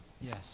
Yes